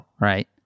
right